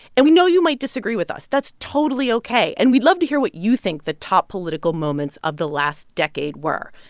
and we know you might disagree with us. that's totally ok. and we'd love to hear what you think the top political moments of the last decade were.